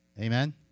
Amen